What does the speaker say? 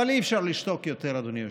אבל אי-אפשר לשתוק יותר, אדוני היושב-ראש.